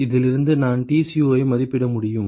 இதிலிருந்து நான் Tco ஐ மதிப்பிட முடியும்